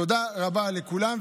תודה רבה לכולם,